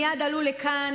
מייד עלו לכאן,